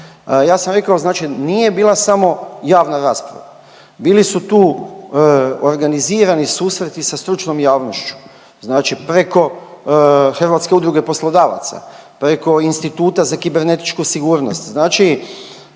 ja sam rekao znači nije bila samo javna rasprava, bili su tu organizirani susreti sa stručnom javnošću, znači preko Hrvatske udruge poslodavaca, preko Instituta za kibernetičku sigurnost, znači